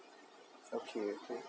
okay okay